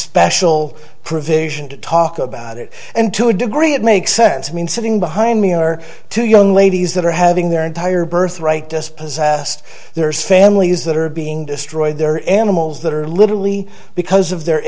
special provision to talk about it and to a degree it makes sense i mean sitting behind me are two young ladies that are having their entire birth right dispossessed there's families that are being destroyed their animals that are literally because of their